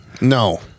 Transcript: No